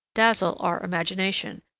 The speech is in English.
dazzle our imagination,